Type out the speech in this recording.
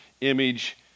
image